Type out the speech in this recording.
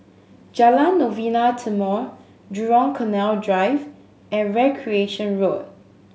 Jalan Novena Timor Jurong Canal Drive and Recreation Road